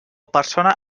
persona